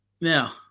Now